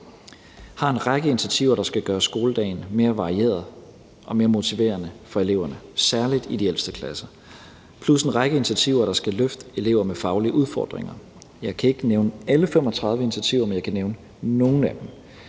har en række initiativer, der skal gøre skoledagen mere varieret og mere motiverende for eleverne, særlig i de ældste klasser. Derudover er der en række initiativer, der skal løfte elever med faglige udfordringer. Jeg kan ikke nævne alle 35 initiativer, men jeg kan nævne nogle af dem.